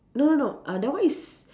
no no no uh that one is